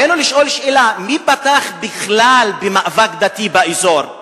עלינו לשאול שאלה: מי פתח בכלל במאבק דתי באזור?